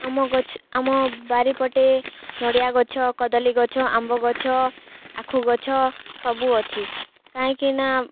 ଆମ ଗଛ ଆମ ବାରିପଟେ ନଡ଼ିଆ ଗଛ କଦଳୀ ଗଛ ଆମ୍ବ ଗଛ ଆଖୁ ଗଛ ସବୁ ଅଛି କାହିଁକି ନା